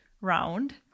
round